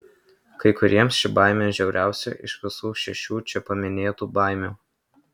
kai kuriems ši baimė žiauriausia iš visų šešių čia paminėtų baimių